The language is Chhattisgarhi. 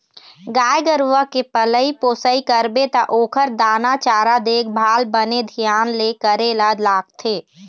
गाय गरूवा के पलई पोसई करबे त ओखर दाना चारा, देखभाल बने धियान ले करे ल लागथे